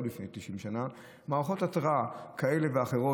לפני 90 שנה מערכות התראה כאלה ואחרות.